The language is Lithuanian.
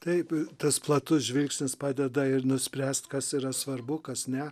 taip tas platus žvilgsnis padeda ir nuspręst kas yra svarbu kas ne